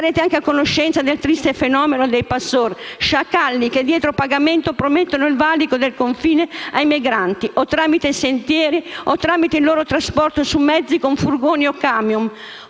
Sarete anche a conoscenza del triste fenomeno dei *passeur*, sciacalli che, dietro pagamento, promettono il valico del confine ai migranti tramite sentieri o tramite il loro trasporto su mezzi come furgoni o camion.